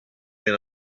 been